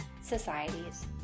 societies